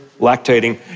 lactating